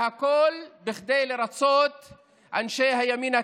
והכול כדי לרצות את אנשי הימין הקיצוני,